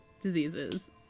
diseases